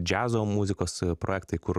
džiazo muzikos projektai kur